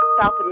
South